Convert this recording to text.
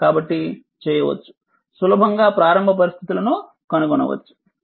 కాబట్టి చేయవచ్చు సులభంగా ప్రారంభ పరిస్థితులను కనుగొనవచ్చు